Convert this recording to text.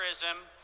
terrorism